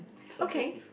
subjective